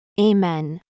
Amen